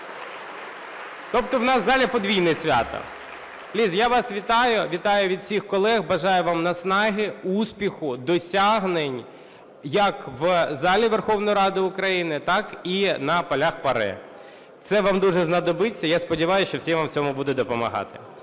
Тобто у нас в залі подвійне свято. Ліза, я вас вітаю, вітаю від всіх колег, бажаю вам наснаги, успіху, досягнень як в залі Верховної Ради України, так і на полях ПАРЄ. Це вам дуже знадобиться. Я сподіваюсь, що всі вам в цьому будуть допомагати.